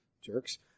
jerks